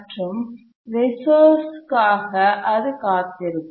மற்றும் ரிசோர்ஸ்ற்காக அது காத்திருக்கும்